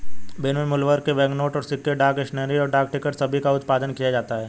विभिन्न मूल्यवर्ग के बैंकनोट और सिक्के, डाक स्टेशनरी, और डाक टिकट सभी का उत्पादन किया जाता है